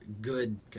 good